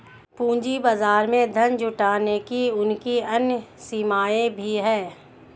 पूंजी बाजार में धन जुटाने की उनकी अन्य सीमाएँ भी हैं